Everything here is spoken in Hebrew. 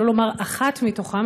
שלא לומר אחת מתוכם,